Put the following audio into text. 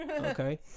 okay